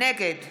נגד